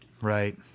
Right